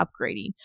upgrading